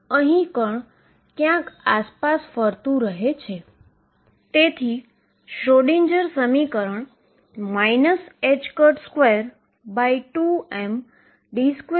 તેથી હું 22m પદ હું જો જોવ તો તે મને 3Amωxe mω2ℏx2Amω2x3e mω2ℏx212m2x2Ae mω2ℏx2 મળે છે